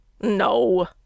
No